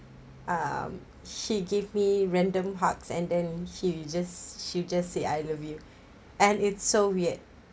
um she gave me random hugs and then he will just she just say I love you and it's so weird